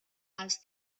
als